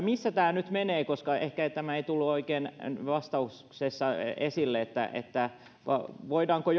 missä tämä nyt menee koska ehkä tämä ei tullut oikein vastauksessa esille että että voidaanko